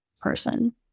person